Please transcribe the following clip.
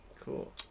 Cool